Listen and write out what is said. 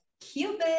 Cupid